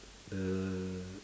the